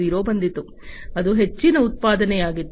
0 ಬಂದಿತು ಅದು ಹೆಚ್ಚಿನ ಉತ್ಪಾದನೆಯಾಗಿತ್ತು